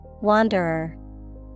Wanderer